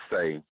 say